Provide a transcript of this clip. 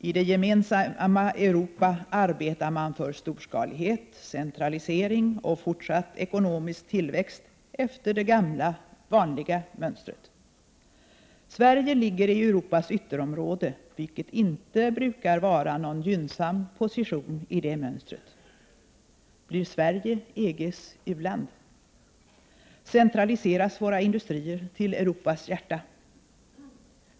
I det gemensamma Europa arbetar man för storskalighet, centralisering och fortsatt ekonomisk tillväxt efter det gamla vanliga mönstret. Sverige ligger i Europas ytterområde, vilket inte brukar vara någon gynnsam position i det mönstret. Blir Sverige EG:s u-land? Centraliseras våra industrier till Europas hjärta?